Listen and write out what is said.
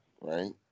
right